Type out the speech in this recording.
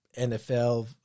NFL